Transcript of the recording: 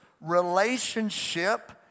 Relationship